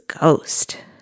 ghost